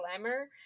Glamour